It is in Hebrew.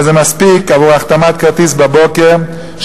זה מספיק עבור החתמת כרטיס בבוקר,